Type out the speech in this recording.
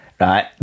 Right